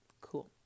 Cool